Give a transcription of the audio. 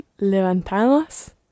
levantamos